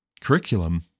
curriculum